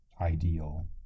ideal